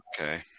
Okay